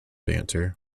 banter